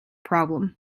problem